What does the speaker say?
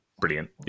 brilliant